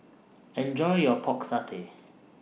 Enjoy your Pork Satay